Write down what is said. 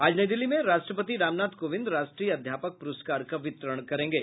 आज नई दिल्ली में राष्ट्रपति रामनाथ कोविन्द राष्ट्रीय अध्यापक पुरस्कार का वितरण करेंगे